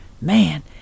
Man